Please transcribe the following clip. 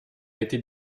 été